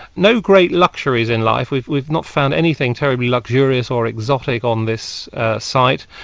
no great luxuries in life, we've we've not found anything terribly luxurious or exotic on this site.